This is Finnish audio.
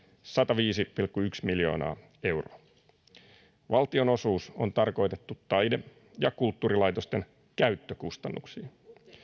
sataviisi pilkku yksi miljoonaa euroa valtionosuus on tarkoitettu taide ja kulttuurilaitosten käyttökustannuksiin